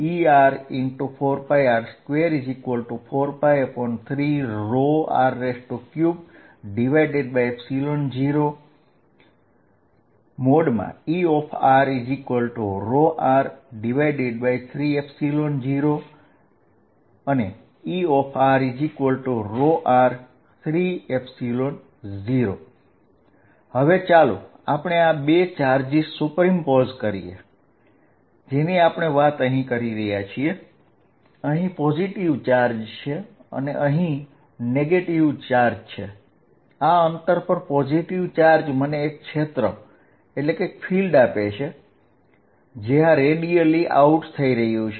4πr24π3r30 Erρr30 Err30 હવે ચાલો આપણે આ બે ચાર્જનું સંપાતીકરણ કરીએ જેની આપણે વાત કરી રહ્યા છીએ અહીં પોઝીટીવ ચાર્જ છે અહીં નેગેટીવ ચાર્જ છે આ અંતર પર પોઝીટીવ ચાર્જ મને એક ક્ષેત્ર આપે છે જે આ રેડિયલી આઉટ થઈ રહ્યું છે